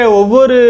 over